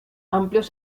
amplios